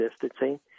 distancing